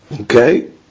Okay